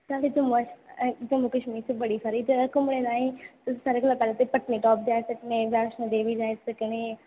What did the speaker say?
एह् जम्मू कशमीर बड़ी सारी जगहा घुम्मनै ताहीं ते इत्थें तुस पत्नीटॉप जाई सकने वैष्णो देवी जाई सकने